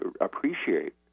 appreciate